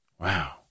Wow